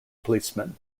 policemen